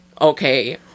okay